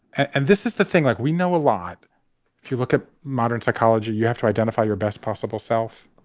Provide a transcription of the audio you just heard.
and this is the thing like we know a lot. if you look at modern psychology, you have to identify your best possible self